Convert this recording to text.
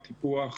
טיפוח,